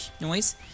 noise